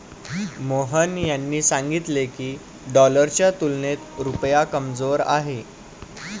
मोहन यांनी सांगितले की, डॉलरच्या तुलनेत रुपया कमजोर आहे